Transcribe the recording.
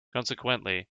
consequently